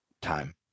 time